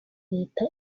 leta